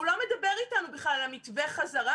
הוא לא מדבר איתנו בכלל על מתווה החזרה